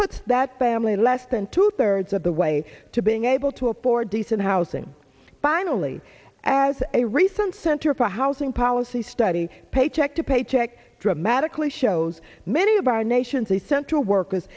puts that bammer less than two thirds of the way to being able to afford decent housing finally as a recent center for housing policy study paycheck to paycheck dramatically shows many of our nation's the central workers